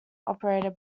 operated